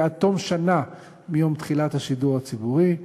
עד תום שנה מיום תחילת השידור הציבורי.